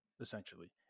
essentially